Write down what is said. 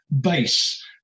base